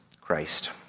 Christ